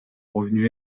revenu